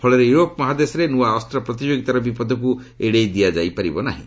ଫଳରେ ୟୁରୋପ ମହାଦେଶରେ ନୃଆ ଅସ୍ତ ପ୍ରତିଯୋଗିତାର ବିପଦକୁ ଏଡ଼ାଇ ଦିଆଯାଇପାରିବ ନାହିଁ